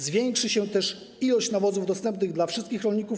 Zwiększy się też ilość nawozów dostępnych dla wszystkich rolników.